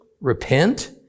repent